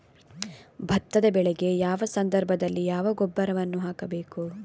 ಭತ್ತದ ಬೆಳೆಗೆ ಯಾವ ಸಂದರ್ಭದಲ್ಲಿ ಯಾವ ಗೊಬ್ಬರವನ್ನು ಹಾಕಬೇಕು?